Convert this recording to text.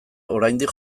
oraindik